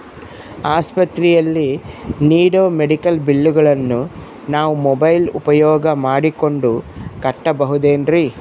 ಆಸ್ಪತ್ರೆಯಲ್ಲಿ ನೇಡೋ ಮೆಡಿಕಲ್ ಬಿಲ್ಲುಗಳನ್ನು ನಾವು ಮೋಬ್ಯೆಲ್ ಉಪಯೋಗ ಮಾಡಿಕೊಂಡು ಕಟ್ಟಬಹುದೇನ್ರಿ?